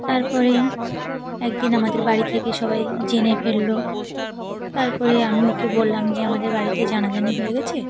তার পরে একদিন আমাদের বাড়ি থেকে সবাই জেনে ফেলল তার পরে আমি ওকে বললাম যে আমাদের বাড়িতে জানাজানি হয়ে গিয়েছে